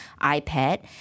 iPad